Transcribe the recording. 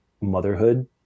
motherhood